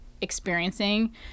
experiencing